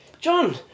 John